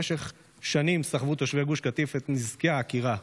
במשך שנים סחבו תושבי גוש קטיף את נזקי העקירה.